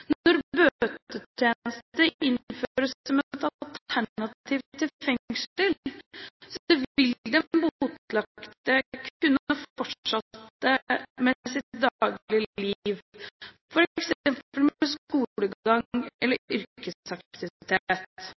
Når bøtetjeneste innføres som et alternativ til fengsel, vil den botlagte kunne fortsette med sitt daglige liv, f.eks. med skolegang eller yrkesaktivitet. Færre botlagte vil måtte oppta lån eller